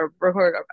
record